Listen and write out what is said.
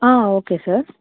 okay sir